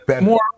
more